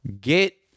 get